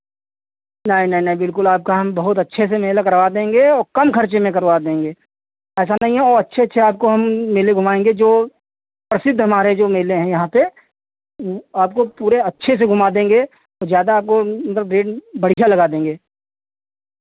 नहीं नहीं नहीं बिल्कुल आपका हम बहुत अच्छे से मेला करवा देंगे औ कम खर्चे में करवा देंगे ऐसा नहीं है औ अच्छे अच्छे आपको हम मेले घुमाएंगे जो प्रसिद्ध हमारे जो मेले हैं यहाँ पे आपको पूरे अच्छे से घुमा देंगे ज़्यादा आपको रेट मतलब बढ़ियाँ लगा देंगे